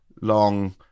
long